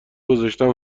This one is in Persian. گذاشتم